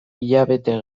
hilabete